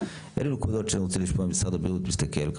אלו נקודות שבהן אני רוצה לשמוע איך משרד הבריאות רואה את הדברים.